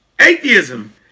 atheism